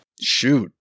Shoot